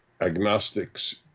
Agnostics